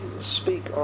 speak